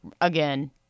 again